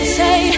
say